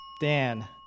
Dan